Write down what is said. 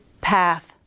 path